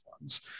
ones